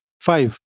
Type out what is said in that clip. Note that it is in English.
five